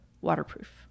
waterproof